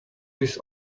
this